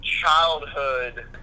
childhood